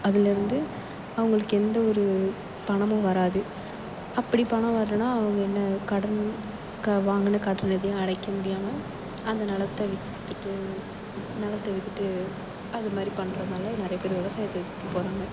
அதிலேருந்து அவங்களுக்கு எந்த ஒரு பணமும் வராது அப்படி பணம் வரணும்ன்னா அவங்க என்ன கடன் க வாங்கின கடன் எல்லாத்தையும் அடைக்க முடியாமல் அந்த நிலத்த விற்றுட்டு நிலத்த விற்றுட்டு அது மாதிரி பண்ணுறதுனால நிறைய பேர் விவசாயத்தை விட்டு போகிறாங்க